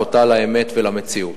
חוטאת לאמת ולמציאות.